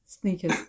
Sneakers